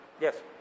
Yes